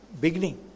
beginning